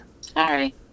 Sorry